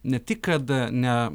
ne tik kad ne